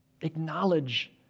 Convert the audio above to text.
acknowledge